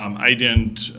um i didn't